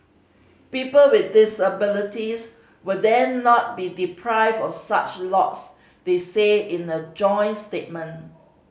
people with disabilities will then not be deprived of such lots they said in a joint statement